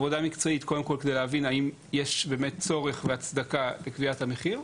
כדי להבין קודם כל האם יש באמת צורך והצדקה בקביעת המחיר.